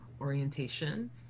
orientation